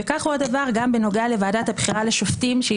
וכך הוא הדבר גם בנוגע לוועדה לבחירת שופטים שהיא